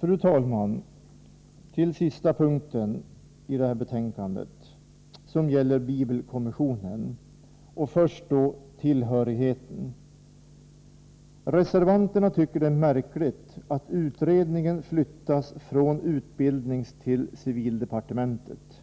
Fru talman! Så till den sista punkten i detta betänkande, som gäller bibelkommissionen. Jag vill först beröra frågan om tillhörigheten. Reservanterna tycker att det är märkligt att utredningen flyttas från utbildningstill civildepartementet.